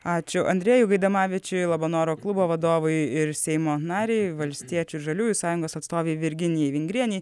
ačiū andrejui gaidamavičiui labanoro klubo vadovui ir seimo narei valstiečių žaliųjų sąjungos atstovei virginijai vingrienei